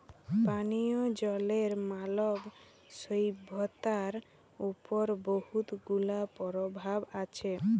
পানীয় জলের মালব সইভ্যতার উপর বহুত গুলা পরভাব আছে